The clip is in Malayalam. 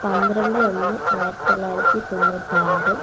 പന്ത്രണ്ട് ഒന്ന് ആയിരത്തി തൊള്ളായിരത്തി തൊണ്ണൂറ്റാറ്